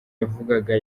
yavugaga